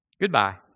Goodbye